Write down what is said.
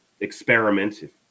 experiment